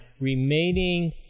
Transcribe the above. remaining